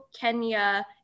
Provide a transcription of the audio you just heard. Kenya